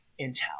Intel